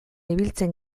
ibiltzen